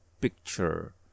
picture